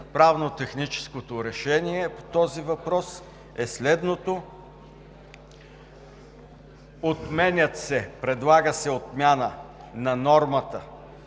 правно-техническото решение по този въпрос е следното: предлага се отмяна на нормата,